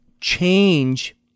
change